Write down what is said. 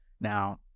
Now